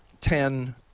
ten,